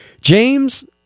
James